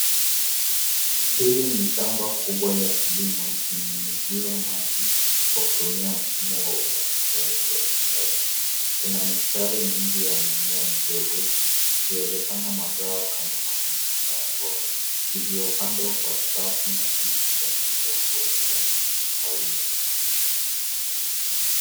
Hili ni shamba kubwa la kilimo likinyunyuziwa maji kwa kutumia mfumo wa umwagiliaji wa kisasa. Kuna mistari mingi ya mimea midogo ikiwezekana mazao kama mahindi au mboga iliyopandwa kwa safu nadhifu kwenye undongo wenye rangi ya kahawia.